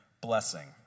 blessing